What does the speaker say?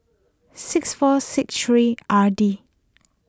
six four six three R D